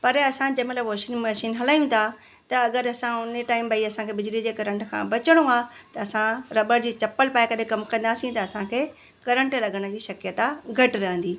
पर असां जंहिं महिल वॉशिंग मशीन हलायूं था त अगरि असां हुन टाइम असांखे भई बिजली जे करंट खां बचिणो आहे त असां रबर जी चम्पलु पाए करे कमु कंदासीं त असांखे करंट लॻण जी शकयता घटि रहंदी